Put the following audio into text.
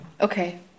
Okay